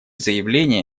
заявления